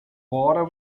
border